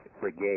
brigade